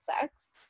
sex